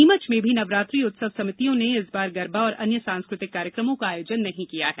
नीमच में भी नवरात्रि उत्सव समितियों ने इस बार गरबा और अन्य सांस्कृतिक कार्यक्रमों का आयोजन नहीं किया है